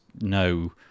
no